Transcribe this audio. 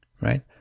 right